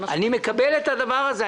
אני מקבל את הדבר הזה.